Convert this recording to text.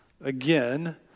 Again